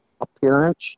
appearance